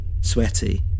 sweaty